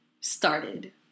started